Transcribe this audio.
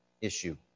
issue